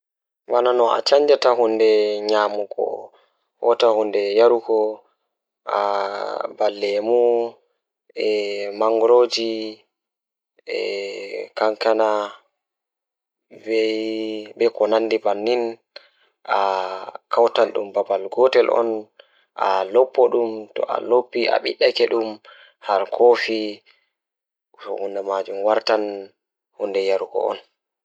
Fermentation ɗum rewti nguurndam e ɗiɗi, tawa njoɓdi e hoore e nguurndam ngal. Ko ɗum waɗa waawde njoɓdi e nguurndam ngal, sabu njiddaade fiyaangu, laamɗo e darnde, kadi njamaaji o ɓuri. Ko foɓɓe, njamaaji rewɓe e hoore, no waawi jokkude e probiotics, e njiddaade hoore nguurndam ngal. Kadi, fermentation rewti sabu njiddaade ngam haɓɓude njamaaji ngal.